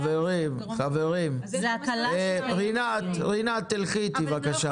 חברים, רינת תהיי איתי בבקשה.